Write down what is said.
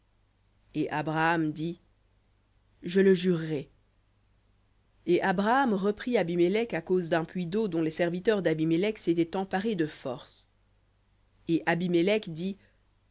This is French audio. et abraham dit je le jurerais et abraham reprit abimélec à cause d'un puits d'eau dont les serviteurs d'abimélec s'étaient emparés de force et abimélec dit